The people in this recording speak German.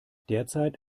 derzeit